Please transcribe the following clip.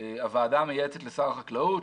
הוועדה המייעצת לשר החקלאות,